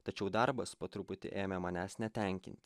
tačiau darbas po truputį ėmė manęs netenkint